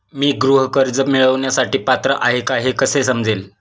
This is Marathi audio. मी गृह कर्ज मिळवण्यासाठी पात्र आहे का हे कसे समजेल?